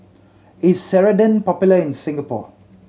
is Ceradan popular in Singapore